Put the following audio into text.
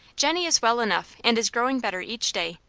jennie is well enough and is growing better each day,